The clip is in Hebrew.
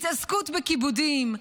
התעסקות בכיבודים,